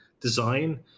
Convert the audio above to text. design